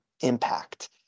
impact